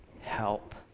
help